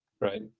Right